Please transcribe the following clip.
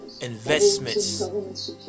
investments